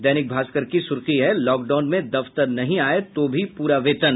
दैनिक भास्कर की सुर्खी है लॉक डाउन में दफ्तर नहीं आये तो भी पूरा वेतन